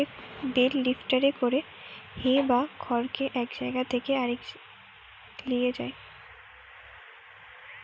bell লিফ্টারে করে হে বা খড়কে এক জায়গা থেকে আরেক লিয়ে যায়